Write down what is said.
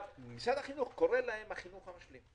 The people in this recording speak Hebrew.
משרד החינוך קורא להם "החינוך המשלים".